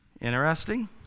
Interesting